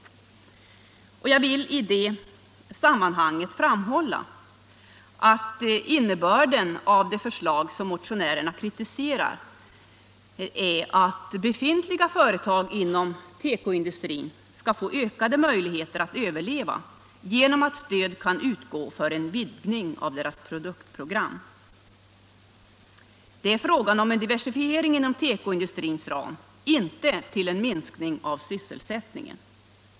Jag vill i det sammanhanget framhålla, att innebörden av det förslag som motionärerna kritiserar är att befintliga företag inom tekoindustrin skall få ökade möjligheter att överleva genom att stöd kan utgå för en vidgning av deras produktprogram. Det är fråga om en diversifiering inom tekoindustrins ram, inte om en minskning av sysselsättningen.